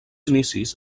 inicis